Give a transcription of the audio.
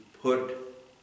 put